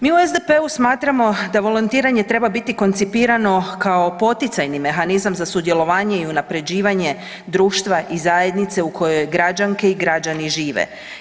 Mi u SDP-u smatramo da volontiranje treba biti koncipirano kao poticajni mehanizam za sudjelovanje i unaprjeđivanje društva i zajednice u kojoj građanke i građani žive.